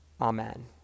Amen